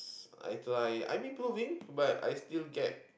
i try I'm improving but I still get